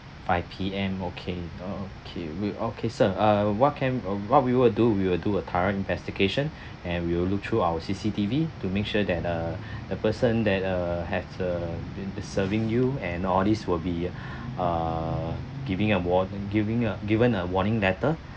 five P_M okay okay wait okay sir uh what can uh what we will do we will do a thorough investigation and we'll look through our C_C_T_V to make sure that uh the person that uh have uh serving you and all this will be err giving a warn uh giving a given a warning letter